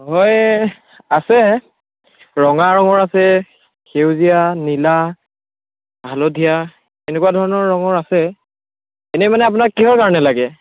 হয় আছে ৰঙা ৰঙৰ আছে সেউজীয়া নীলা হালধীয়া এনেকুৱা ধৰণৰ ৰঙৰ আছে এনেই মানে আপোনাক কিহৰ কাৰণে লাগে